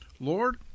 Lord